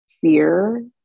fear